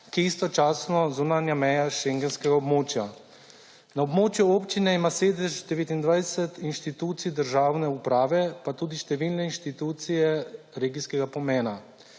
je istočasno zunanja meja schengenskega območja. Na območju občine ima sedež 29 institucij državne uprave, pa tudi številne institucije regijskega pomena.